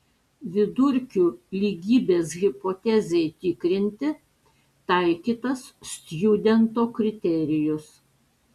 vidurkių lygybės hipotezei tikrinti taikytas stjudento kriterijus